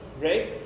right